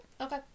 Okay